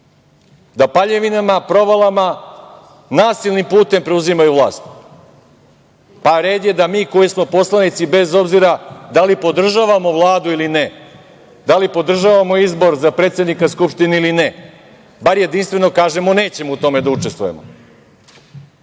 da paljevinama, provalama, nasilnim putem preuzimaju vlast. Pa red je da mi koji smo poslanici, bez obzira da li podržavamo Vladu ili ne, da li podržavamo izbor za predsednika Skupštine ili ne, bar jedinstveno kažemo – nećemo u tome da učestvujemo. Skupština